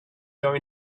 your